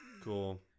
Cool